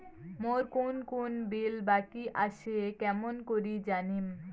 মোর কুন কুন বিল বাকি আসে কেমন করি জানিম?